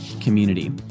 community